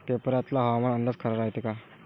पेपरातला हवामान अंदाज खरा रायते का?